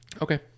okay